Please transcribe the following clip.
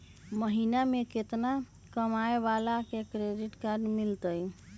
महीना में केतना कमाय वाला के क्रेडिट कार्ड मिलतै?